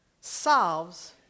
solves